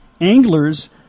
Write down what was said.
anglers